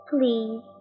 Please